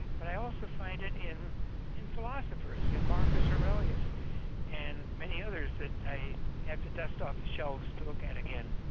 but i also find it in in philosophers, in marcus aurelius and many others that i have to dust off the shelves to look at again.